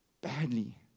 Badly